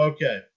Okay